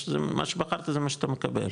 מה שבחרת זה מה שאתה מקבל.